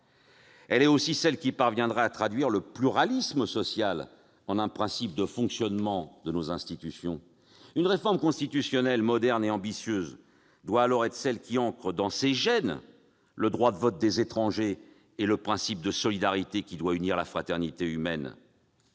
Elle est aussi celle qui parvient à traduire le pluralisme social en un principe de fonctionnement de nos institutions. Une réforme constitutionnelle moderne et ambitieuse doit ainsi être celle qui ancre dans ses gènes le droit de vote des étrangers et le principe de solidarité qui doit unir la fraternité humaine.